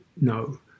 no